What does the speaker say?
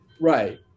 Right